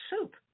soup